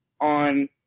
on